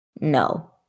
No